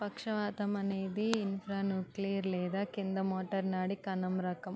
పక్షవాతం అనేది ఇన్ఫ్రాను క్లియర్ లేదా కింద మోటార్ నాడి కణం రకం